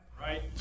Right